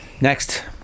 next